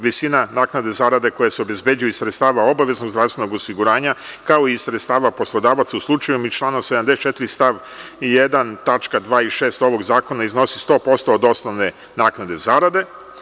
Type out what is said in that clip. Visina naknade zarade koja se obezbeđuje iz sredstava obaveznog zdravstvenog osiguranja kao i sredstava poslodavaca u slučajevima iz člana 74. stav 1. tačka 2. i 6. ovog zakona iznosi 100% od osnovne naknade zarade.